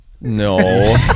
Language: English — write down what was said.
No